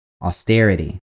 austerity